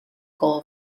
goal